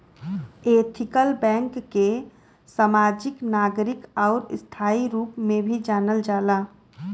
ethical bank के समाजिक, नागरिक आउर स्थायी रूप में भी जानल जाला